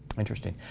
interesting.